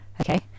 okay